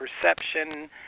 perception